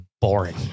boring